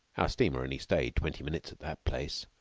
our steamer only stayed twenty minutes at that place,